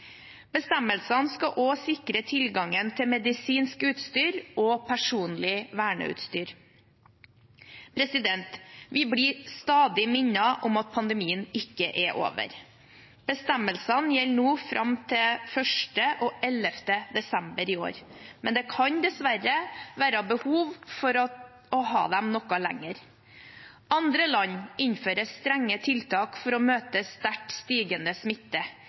Bestemmelsene skal også sikre tilgangen til medisinsk utstyr og personlig verneutstyr. Vi blir stadig minnet om at pandemien ikke er over. Bestemmelsene gjelder nå fram til 1. og 11. desember i år, men det kan dessverre være behov for å ha dem noe lenger. Andre land innfører strenge tiltak for å møte sterkt stigende smitte.